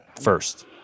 first